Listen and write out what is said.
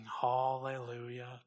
hallelujah